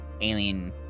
alien